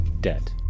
debt